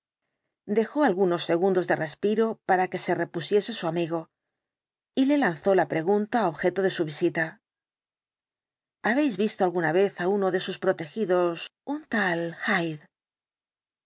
dejó algunos se el dr jekyll gundos de respiro para que se repusiese su amigo y le lanzó la pregunta objeto de su visita habéis visto alguna vez á uno de sus protegidos un tal